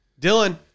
Dylan